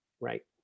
Right